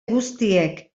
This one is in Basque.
guztiek